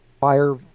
fire